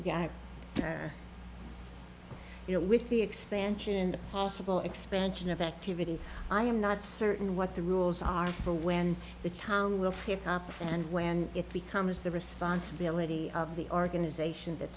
know with the expansion possible expansion of activity i am not certain what the rules are for when the town will pick up and when it becomes the responsibility of the organization that